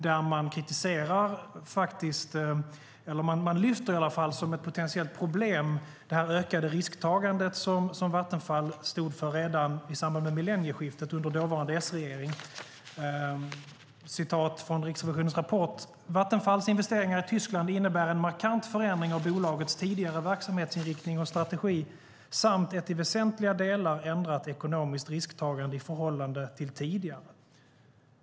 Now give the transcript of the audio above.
Där kritiserar Riksrevisionen - eller man lyfter i alla fall fram det hela som ett potentiellt problem - det ökade risktagande som Vattenfall stod för redan i samband med millennieskiftet under dåvarande S-regering. Jag läser ur Riksrevisionens rapport: "Vattenfalls investeringar i Tyskland innebär en markant förändring av bolagets tidigare verksamhetsinriktning och strategi samt ett i väsentliga delar ändrat ekonomiskt risktagande i förhållande till tidigare."